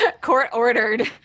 court-ordered